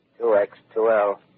2X2L